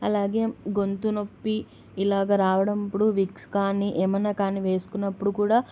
అలాగే గొంతు నొప్పి ఇలాగ రావడం అప్పుడు విక్స్ కానీ ఏమైనా కానీ వేసుకున్నప్పుడు కూడా